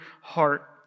heart